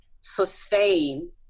sustain